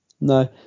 No